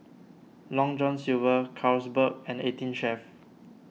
Long John Silver Carlsberg and eighteen Chef